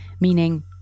meaning